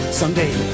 someday